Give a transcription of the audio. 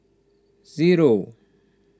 zero